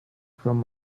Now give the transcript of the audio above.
from